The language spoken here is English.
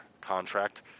Contract